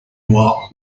noir